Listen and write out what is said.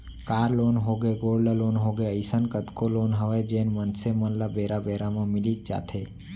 car loan होगे, gold loan होगे, अइसन कतको लोन हवय जेन मनसे मन ल बेरा बेरा म मिलीच जाथे